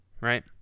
right